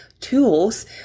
tools